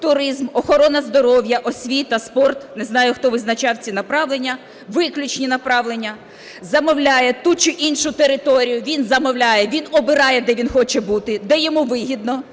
"туризм", "охорона здоров'я", "освіта", "спорт" – не знаю, хто визначав ці направлення, виключні направлення – замовляє ту іншу територію, він замовляє, він обирає, де він хоче бути, де йому вигідно,